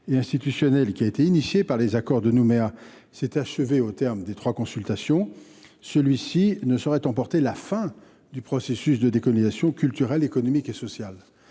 et institutionnel engagé par l’accord de Nouméa s’est achevé au terme des trois consultations, il ne saurait emporter la fin du processus de décolonisation culturelle, économique et sociale.